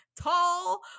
Tall